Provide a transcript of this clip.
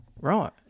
Right